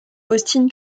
austin